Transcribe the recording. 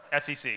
SEC